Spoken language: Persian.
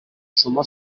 شما